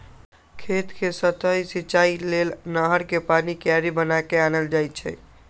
खेत कें सतहि सिचाइ लेल नहर कें पानी क्यारि बना क आनल जाइ छइ